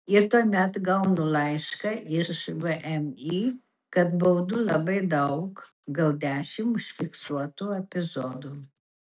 ir tuomet gaunu laišką iš vmi kad baudų labai daug gal dešimt užfiksuotų epizodų